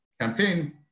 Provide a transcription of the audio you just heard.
campaign